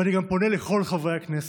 ואני פונה גם לכל חברי הכנסת: